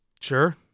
Sure